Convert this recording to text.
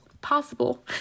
possible